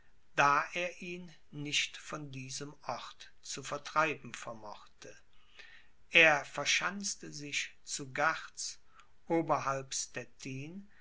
da er ihn nicht von diesem ort zu vertreiben vermochte er verschanzte sich zu